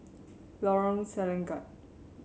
Lorong Selangat